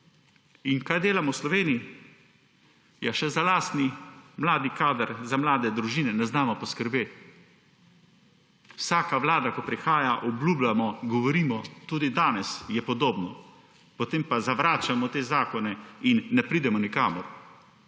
In kaj delamo v Sloveniji? Ja še za lastni mladi kader, za mlade družine ne znamo poskrbeti. Vsaka vlada, ki prihaja, obljubljamo, govorimo, tudi danes je podobno, potem pa zavračamo te zakone in ne pridemo nikamor.